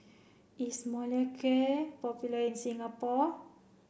is Molicare popular in Singapore